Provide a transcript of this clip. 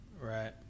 right